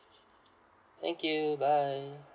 thank you bye